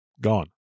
gone